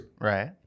Right